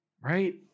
right